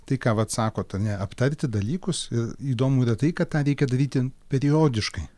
tai ką vat sakot ane aptarti dalykus įdomu yra tai kad tą reikia daryti periodiškai